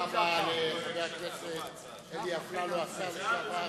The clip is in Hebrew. תודה רבה לחבר הכנסת אלי אפללו, השר לשעבר.